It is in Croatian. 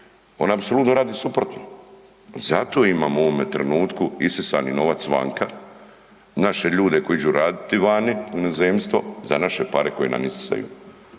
ona radi suprotno. Zato imamo u ovome trenutku isisani novac vanka, naše ljude koji iđu raditi vani u inozemstvo za naše pare koje nam isisaju